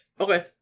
Okay